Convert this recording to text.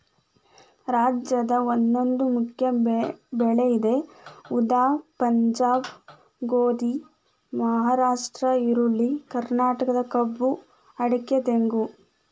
ರಾಜ್ಯದ ಒಂದೊಂದು ಮುಖ್ಯ ಬೆಳೆ ಇದೆ ಉದಾ ಪಂಜಾಬ್ ಗೋಧಿ, ಮಹಾರಾಷ್ಟ್ರ ಈರುಳ್ಳಿ, ಕರ್ನಾಟಕ ಕಬ್ಬು ಅಡಿಕೆ ತೆಂಗು